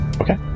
okay